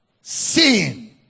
sin